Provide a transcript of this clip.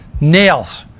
nails